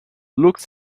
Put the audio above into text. looks